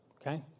Okay